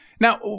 Now